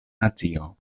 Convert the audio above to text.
nacio